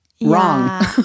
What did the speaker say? wrong